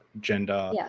gender